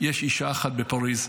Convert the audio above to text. יש אישה אחת בפריז,